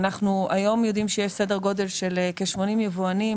אנחנו היום יודעים שיש סדר גודל של כ-80 יבואנים